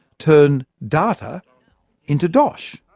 turn data into dosh?